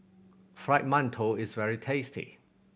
Fried Mantou is very tasty